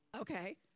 Okay